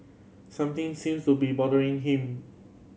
something seems to be bothering him